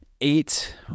eight